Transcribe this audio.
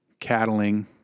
cattling